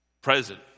present